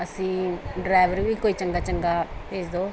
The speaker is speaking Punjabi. ਅਸੀਂ ਡਰਾਈਵਰ ਵੀ ਕੋਈ ਚੰਗਾ ਚੰਗਾ ਭੇਜ ਦਿਉ